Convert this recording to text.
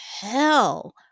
hell